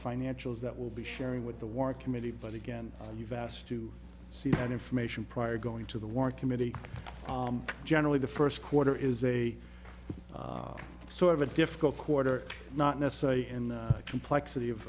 financials that will be sharing with the war committee but again you've asked to see that information prior going to the war committee generally the first quarter is a sort of a difficult quarter not necessarily in the complexity of